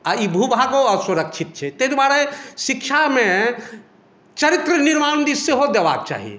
आ ई भू भागो असुरक्षित छै ताहि दुआरे शिक्षामे चरित्र निर्माण भी सेहो देबाक चाही